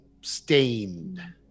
stained